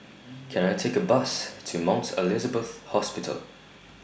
Can I Take A Bus to Mount Elizabeth Hospital